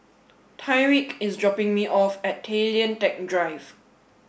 Tyriq is dropping me off at Tay Lian Teck Drive